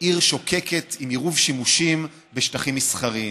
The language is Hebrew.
עיר שוקקת, עם עירוב שימושים ושטחים מסחריים.